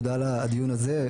תודה על הדיון הזה.